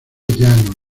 llano